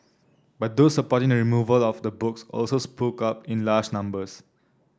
but those supporting the removal of the books also spoke up in large numbers